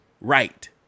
right